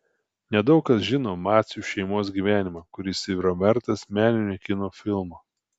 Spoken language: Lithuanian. nedaug kas žino macių šeimos gyvenimą kuris yra vertas meninio kino filmo